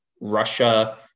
Russia